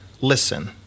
Listen